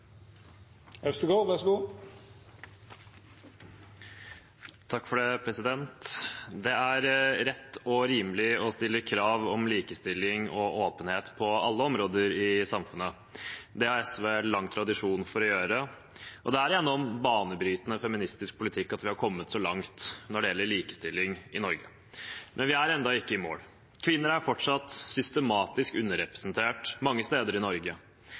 åpenhet på alle områder i samfunnet. Det har SV lang tradisjon for å gjøre, og det er gjennom banebrytende feministisk politikk at vi har kommet så langt når det gjelder likestilling i Norge. Men vi er ennå ikke i mål. Kvinner er fortsatt systematisk underrepresentert mange steder i Norge,